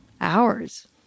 hours